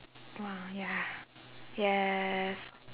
!wah! ya yes